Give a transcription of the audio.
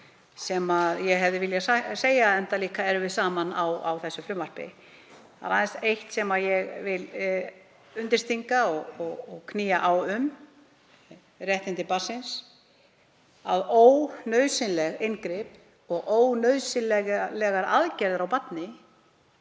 sem ég hefði viljað segja, enda erum við saman á þessu frumvarpi. Það er aðeins eitt sem ég vil undirstinga og knýja á um; réttindi barnsins. Ónauðsynleg inngrip og ónauðsynlegar aðgerðir á barni